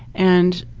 and,